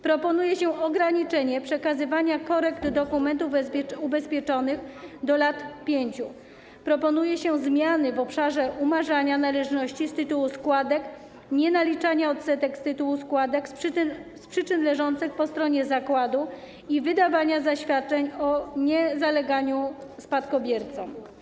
Proponuje się ograniczenie przekazywania korekt dokumentów ubezpieczonych do lat 5; zmiany w obszarze umarzania należności z tytułu składek nienaliczania odsetek z tytułu składek z przyczyn leżących po stronie zakładu i wydawania zaświadczeń o niezaleganiu spadkobiercom.